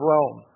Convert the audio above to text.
Rome